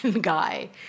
guy